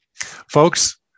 Folks